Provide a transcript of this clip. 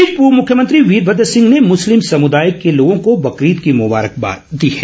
इस बीच पूर्व मुख्यमंत्री वीरभद्र सिंह ने मुस्लिम समुदाय के लोगों को बकरीद की मुबारकबाद दी है